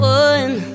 one